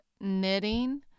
knitting